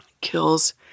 kills